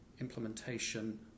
implementation